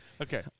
Okay